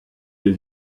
les